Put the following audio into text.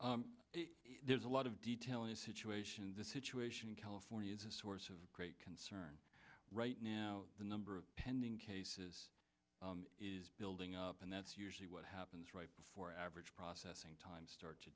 california there's a lot of detail in this situation the situation in california is a source of great concern right now the number of pending cases is building up and that's usually what happens right before average processing time start to